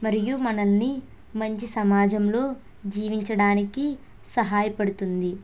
మరియు మనల్ని మంచి సమాజంలో జీవించడానికి సహాయపడుతుంది